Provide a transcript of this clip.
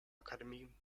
akademie